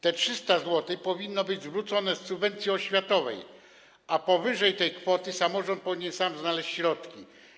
To 300 zł powinno być zwrócone z subwencji oświatowej, a powyżej tej kwoty samorząd powinien sam znaleźć środki.